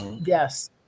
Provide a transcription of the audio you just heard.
Yes